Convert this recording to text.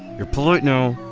you're polite now,